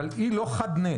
אבל היא לא חד-נס.